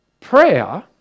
Prayer